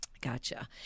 gotcha